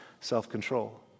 self-control